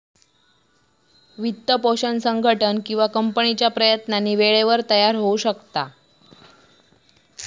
वित्तपोषण संघटन किंवा कंपनीच्या प्रयत्नांनी वेळेवर तयार होऊ शकता